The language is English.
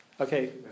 Okay